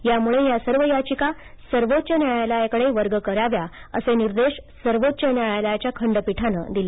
त्यामुळे या सर्व याधिका सर्वोच्च न्यायालयाकडे वर्ग कराव्या असे निर्देश सर्वोच्च न्यायालयाच्या खंडपीठानं दिले